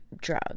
drug